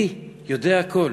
אני יודע הכול,